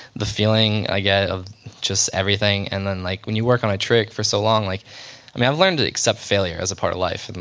the feeling i get of just everything. and then like when you work on a trick for so long. like i mean, i've learned to accept failure as a part of life. and